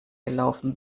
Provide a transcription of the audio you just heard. gelaufen